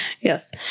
Yes